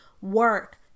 work